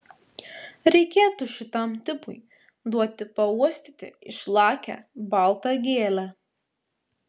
reikėtų šitam tipui duoti pauostyti išlakią baltą gėlę